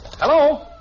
Hello